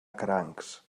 crancs